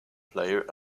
player